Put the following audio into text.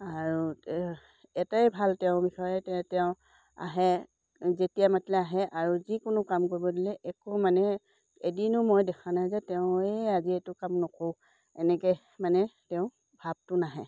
আৰু এটাই ভাল তেওঁৰ বিষয়ে তেওঁ আহে যেতিয়া মাতিলে আহে আৰু যিকোনো কাম কৰিব দিলে একো মানে এদিনো মই দেখা নাই যে তেওঁ এই আজি এইটো কাম নকৰোঁ এনেকৈ মানে তেওঁ ভাবটো নাহে